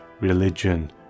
religion